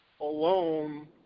alone